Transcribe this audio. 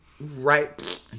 right